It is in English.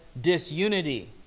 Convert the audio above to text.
disunity